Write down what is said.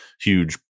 huge